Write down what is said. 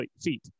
feet